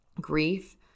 Grief